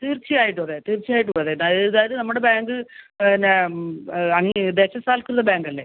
തീർച്ച ആയിട്ടും അതെ തീർച്ച ആയിട്ടും അതെ അതായത് നമ്മുടെ ബാങ്ക് പിന്നെ അത് ദേശസാൽകൃത ബാങ്ക് അല്ലേ